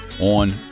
on